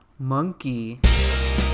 Monkey